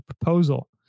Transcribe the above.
proposal